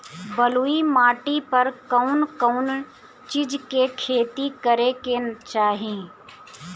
बलुई माटी पर कउन कउन चिज के खेती करे के चाही?